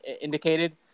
indicated